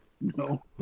No